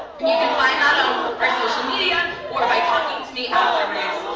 and you can find that on our social media or by talking to me afterwards,